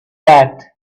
that